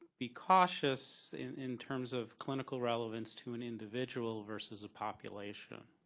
be cautious in in terms of clinical relevance to an individual versus a population